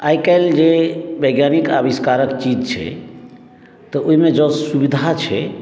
आइकाल्हि जे वैज्ञानिक अविष्कारक चीज छै तऽ ओहिमे जँ सुविधा छै